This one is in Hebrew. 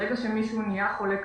ברגע שמישהו הפך להיות חולה קשה,